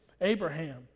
Abraham